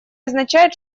означает